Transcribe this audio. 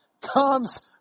comes